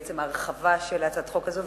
בעצם הרחבה של הצעת החוק הזו,